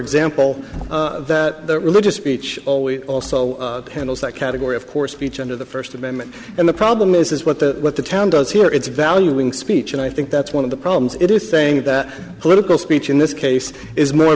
example that religious speech always also handles that category of course speech under the first amendment and the problem is what the what the town does here it's valuing speech and i think that's one of the problems it is saying that political speech in this case is more